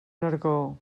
nargó